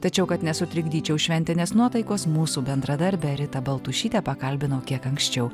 tačiau kad nesutrikdyčiau šventinės nuotaikos mūsų bendradarbę ritą baltušytę pakalbinau kiek anksčiau